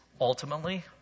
ultimately